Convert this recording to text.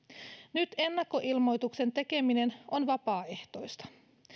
nyt ennakkoilmoituksen tekeminen on vapaaehtoista